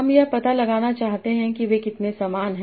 हम यह पता लगाना चाहते हैं कि वे कितने समान हैं